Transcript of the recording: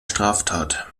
straftat